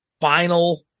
final